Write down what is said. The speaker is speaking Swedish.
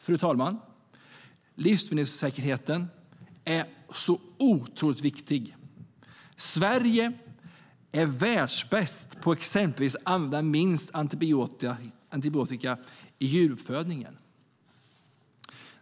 Fru talman! Livsmedelssäkerheten är otroligt viktig. Sverige är världsbäst på exempelvis att använda minst antibiotika i djuruppfödningen.